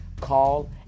call